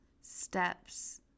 steps